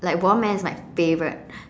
like watermelon is my favourite